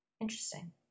Interesting